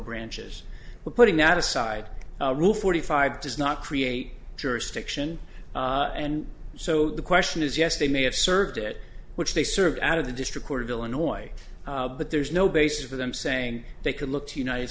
branches but putting that aside rule forty five does not create jurisdiction and so the question is yes they may have served it which they served out of the district court of illinois but there's no basis for them saying they could look to united